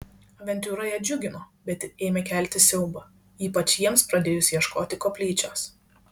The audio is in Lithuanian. avantiūra ją džiugino bet ir ėmė kelti siaubą ypač jiems pradėjus ieškoti koplyčios